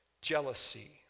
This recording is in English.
jealousy